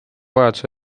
vajaduse